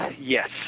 Yes